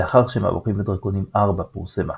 לאחר שמו"ד 4 פורסמה.